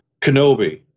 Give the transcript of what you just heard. Kenobi